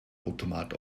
automat